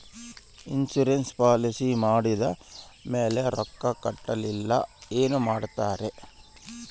Insurance policy ಮಾಡಿದ ಮೇಲೆ ರೊಕ್ಕ ಕಟ್ಟಲಿಲ್ಲ ಏನು ಮಾಡುತ್ತೇರಿ?